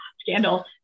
scandal